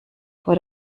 vor